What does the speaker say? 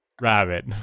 Rabbit